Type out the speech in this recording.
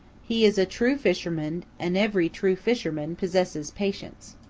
he is a true fisherman and every true fisherman possesses patience.